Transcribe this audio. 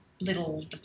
little